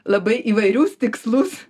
labai įvairius tikslus